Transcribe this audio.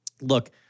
Look